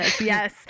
Yes